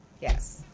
Yes